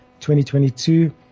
2022